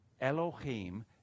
Elohim